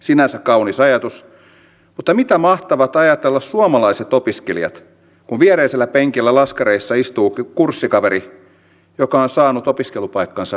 sinänsä kaunis ajatus mutta mitä mahtavat ajatella suomalaiset opiskelijat kun viereisellä penkillä laskareissa istuu kurssikaveri joka on saanut opiskelupaikkansa rahalla